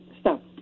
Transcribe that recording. Stop